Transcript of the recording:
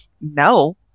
no